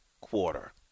quarter